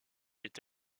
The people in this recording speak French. est